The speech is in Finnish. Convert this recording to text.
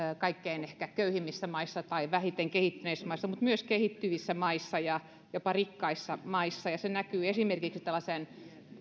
kaikkein köyhimmissä maissa tai vähiten kehittyneissä maissa mutta myös kehittyvissä maissa ja jopa rikkaissa maissa se näkyy esimerkiksi